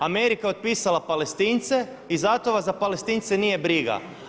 Amerika je otpisala Palestince i zato vas za Palestince nije briga.